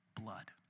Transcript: blood